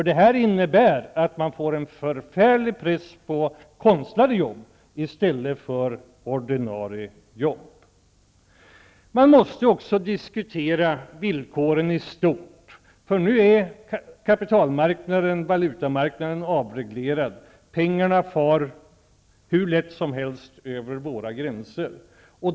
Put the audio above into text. Det här innebär nämligen att det blir en förfärlig press när det gäller konstlade jobb i stället för att det är fråga om ordinarie jobb. Man måste också diskutera villkoren i stort, för nu är kapitalmarknaden, valutamarknaden, avreglerad. Pengarna passerar hur lätt som helst över våra gränser.